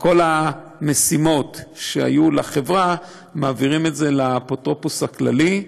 המשימות שהיו לחברה מעבירים לאפוטרופוס הכללי,